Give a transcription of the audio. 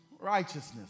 righteousness